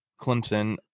Clemson